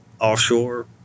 offshore